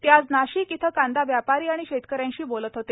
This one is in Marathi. ते आज नाशिक इथं कांदा व्यापारी आणि शेतकऱ्यांशी बोलत होते